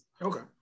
Okay